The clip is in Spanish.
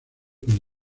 quien